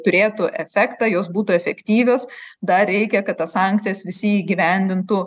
turėtų efektą jos būtų efektyvios dar reikia kad tas sankcijas visi įgyvendintų